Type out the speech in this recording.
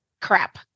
crap